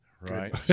right